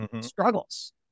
struggles